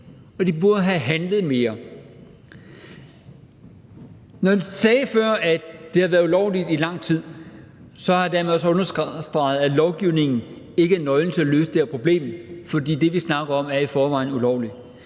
at de burde have handlet mere. Når jeg før sagde, at det har været ulovligt i lang tid, har jeg dermed også understreget, at lovgivningen ikke er nøglen til at løse det her problem, fordi det, vi snakker om, i forvejen er ulovligt.